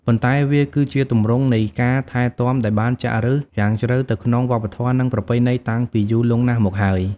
ប៉ុន្តែវាគឺជាទម្រង់នៃការថែទាំដែលបានចាក់ឫសយ៉ាងជ្រៅទៅក្នុងវប្បធម៌ និងប្រពៃណីតាំងពីយូរលង់ណាស់មកហើយ។